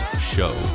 Show